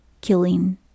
killing